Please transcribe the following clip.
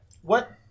what-